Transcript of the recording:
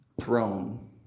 throne